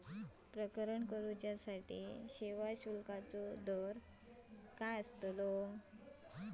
प्रकरण करूसाठी सेवा शुल्काचो दर काय अस्तलो?